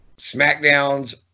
SmackDown's